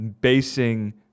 basing